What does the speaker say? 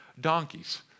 donkeys